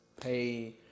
pay